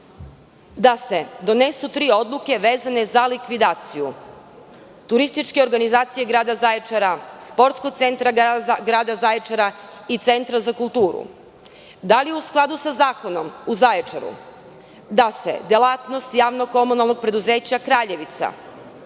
da se donesu tri odluke vezane za likvidaciju Turističke organizacije Grada Zaječara, Sportskog centra Grada Zaječara i Centra za kulturu? Da li je u skladu sa zakonom, u Zaječaru, da se delatnost Javno-komunalniog preduzeća „Kraljevica“